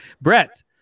Brett